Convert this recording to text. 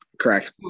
Correct